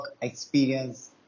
experience